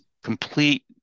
complete